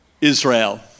Israel